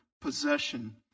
possession